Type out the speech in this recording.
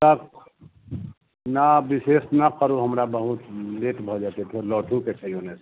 तब ना विशेष ना करू हमरा बहुत लेट भऽ जेतै फेर लोटयके छै ओन्नेसँ